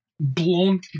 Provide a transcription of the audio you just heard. blown